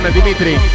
Dimitri